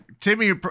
Timmy